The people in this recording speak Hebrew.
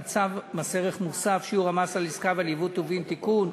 צו מס ערך מוסף (שיעור המס על עסקה ועל יבוא טובין) (תיקון),